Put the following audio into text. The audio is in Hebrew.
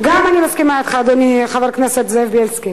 אני מסכימה אתך, אדוני חבר הכנסת זאב בילסקי.